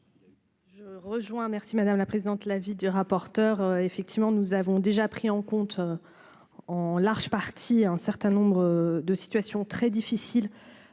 Je rejoins merci madame la présidente, l'avis du rapporteur, effectivement, nous avons déjà pris en compte en large partie un certain nombre de situations très difficiles